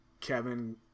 Kevin